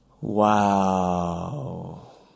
Wow